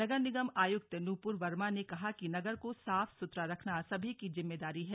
नगर निगम आयुक्त नूपुर वर्मा ने कहा कि नगर को साथ सुथरा रखना सभी की जिम्मेदारी है